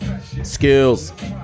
Skills